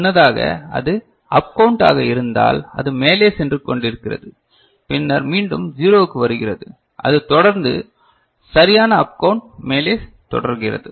முன்னதாக அது up count ஆக இருந்தால் அது மேலே சென்று கொண்டிருக்கிறது பின்னர் மீண்டும் 0 க்கு வருகிறது அது தொடர்ந்து சரியான அப் கவுன்ட் மேலே தொடர்கிறது